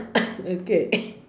okay